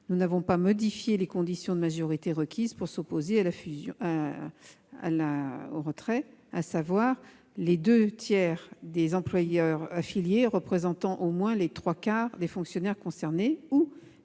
Nous n'avons pas modifié les conditions de majorité requises pour s'opposer au retrait, soit les deux tiers des employeurs affiliés représentant au moins les trois quarts des fonctionnaires concernés ou les trois